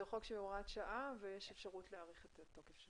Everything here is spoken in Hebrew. זה חוק של הוראת שעה ויש אפשרות להאריך את התוקף שלו.